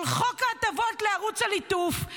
על חוק ההטבות לערוץ הליטוף.